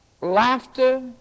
laughter